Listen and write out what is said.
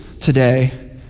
today